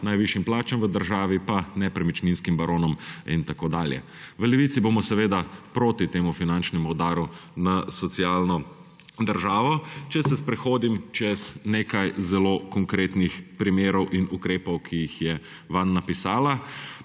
najvišjim plačam v državi pa nepremičninskim baronom in tako dalje. V Levici bomo proti temu finančnemu udaru na socialno državo. Če se sprehodim čez nekaj zelo konkretnih primerov in ukrepov, ki jih je vanj napisala.